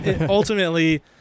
ultimately